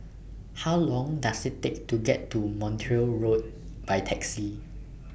How Long Does IT Take to get to Montreal Road By Taxi